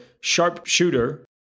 sharpshooter